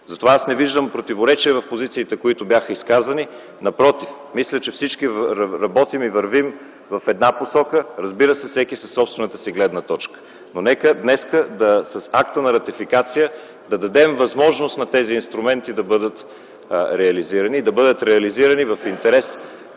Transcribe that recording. Затова аз не виждам противоречие в позициите, които бяха изказани. Напротив – мисля, че всички работим и вървим в една посока, разбира се, всеки със собствената си гледна точка, но нека днес с акта на ратификация да дадем възможност на тези инструменти да бъдат реализирани и да бъда реализирани в интерес